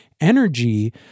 energy